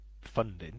funding